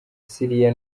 syria